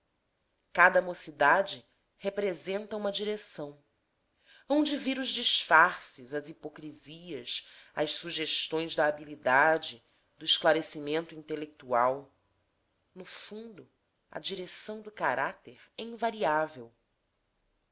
cada mocidade representa uma direção hão de vir os disfarces as hipocrisias as sugestões da habilidade do esclarecimento intelectual no fundo a direção do caráter é invariável